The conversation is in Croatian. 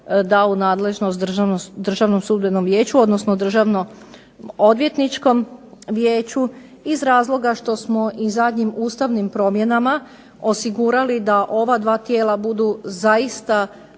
da u nadležnost Državnom sudbenom vijeću odnosno Državno odvjetničkom vijeću iz razloga što smo i zadnjim ustavnim promjenama osigurali da ova dva tijela budu zaista